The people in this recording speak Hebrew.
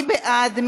מי בעד?